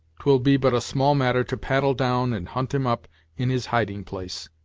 twill be but a small matter to paddle down and hunt him up in his hiding-place.